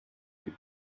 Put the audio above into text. you